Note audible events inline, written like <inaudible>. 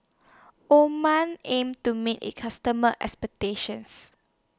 <unintelligible> aims to meet its customers' expectations